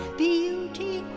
beauty